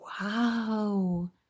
wow